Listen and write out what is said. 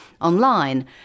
online